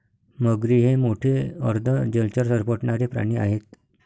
मगरी हे मोठे अर्ध जलचर सरपटणारे प्राणी आहेत